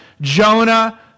Jonah